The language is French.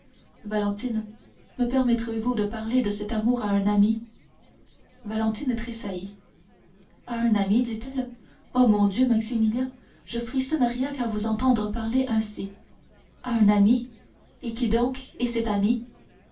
valentine me permettez-vous de parler de cet amour à un ami valentine tressaillit à un ami dit-elle oh mon dieu maximilien je frissonne rien qu'à vous entendre parler ainsi à un ami et qui donc est cet ami